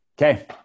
Okay